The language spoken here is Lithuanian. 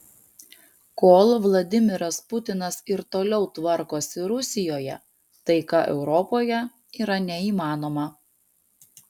kol vladimiras putinas ir toliau tvarkosi rusijoje taika europoje yra neįmanoma